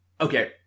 Okay